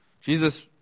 Jesus